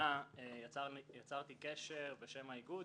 אליי כבר התקשר עיתונאי צרפתי,